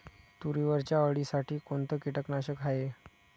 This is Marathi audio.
तुरीवरच्या अळीसाठी कोनतं कीटकनाशक हाये?